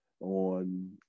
On